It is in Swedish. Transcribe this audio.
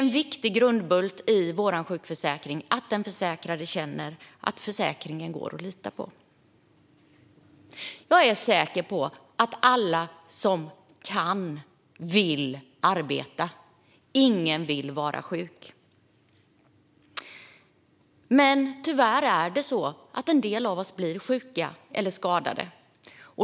En viktig grundbult är att den försäkrade känner att sjukförsäkringen går att lita på. Jag är säker på att alla som kan vill arbeta. Ingen vill vara sjuk, men tyvärr blir en del sjuka eller skadade.